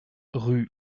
rue